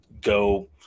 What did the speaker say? go